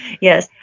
Yes